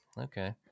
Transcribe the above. Okay